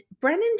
Brennan